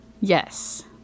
Yes